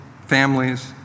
families